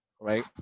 right